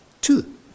two